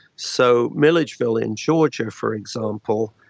so milledgeville in georgia, for example,